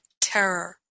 terror